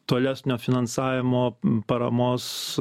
tolesnio finansavimo paramos